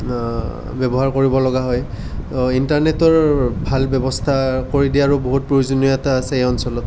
ব্যৱহাৰ কৰিব লগা হয় ইন্টাৰনেটৰ ভাল ব্যৱস্থা কৰি দিয়াৰো প্ৰয়োজনীয়তা আছে এই অঞ্চলত